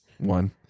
One